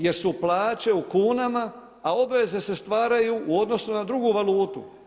Jer su plaće u kunama, a obveze se stvaraju u odnosu na drugu valutu.